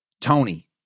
Tony